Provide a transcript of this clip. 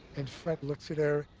and fred looks at her,